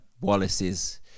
Wallaces